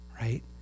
right